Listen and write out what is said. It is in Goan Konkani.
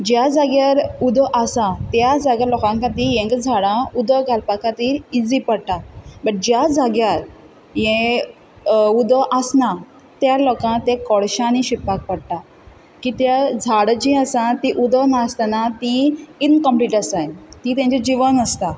ज्या जाग्यार उदो आसा त्या जाग्यार लोकां खातीर हेंक झाडां उदो घालपा खातीर इजी पोडटा बट ज्या जाग्यार यें उदो आसना त्यो लोकां तें कोळश्यांनी शिंपपा पोडटा कित्या झाड जीं आसा तीं उदो नासताना तीं इनकम्प्लीट आसाय तें तेंचें जिवन आसता